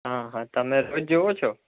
હં હં તમે રોજ જુઓ છો